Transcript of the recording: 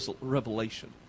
Revelation